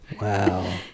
wow